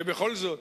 הרי בכל זאת,